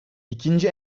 i̇kinci